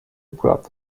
brought